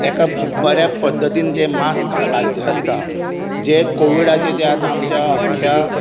एका बऱ्या पद्दतीन जें मास्क घालचें आसता जें कोविडाचें जें आतां आमच्या अख्ख्या